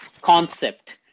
concept